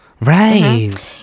Right